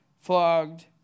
flogged